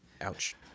Ouch